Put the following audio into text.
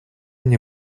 мне